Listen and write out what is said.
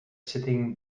sitting